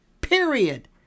Period